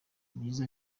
byiza